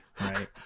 right